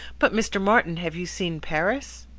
but, mr. martin, have you seen paris?